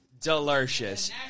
delicious